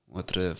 outra